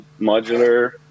modular